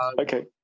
Okay